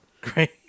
Great